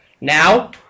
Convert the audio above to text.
now